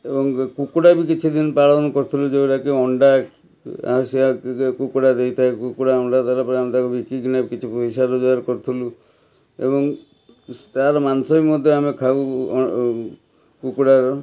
ଏବଂ କୁକୁଡ଼ା ବି କିଛି ଦିନ ପାଳନ କରିଥିଲୁ ଯେଉଁଗୁଡ଼ାକକି ଅଣ୍ଡା ଆସେ କୁକୁଡ଼ା ଦେଇଥାଏ କୁକୁଡ଼ା ଅଣ୍ଡା ଦେଲା ଦେଲା ପରେ ଆମେ ତାକୁ ବିକିକିନା କିଛି ପଇସା ରୋଜଗାର କରୁଥିଲୁ ଏବଂ ତାର ମାଂସ ବି ମଧ୍ୟ ଆମେ ଖାଉ କୁକୁଡ଼ାର